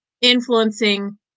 influencing